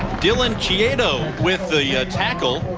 dylan chiedo with the ah tackle.